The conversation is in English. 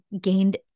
gained